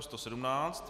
117.